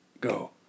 go